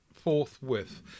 Forthwith